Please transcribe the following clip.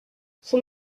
son